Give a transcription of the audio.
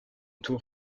tour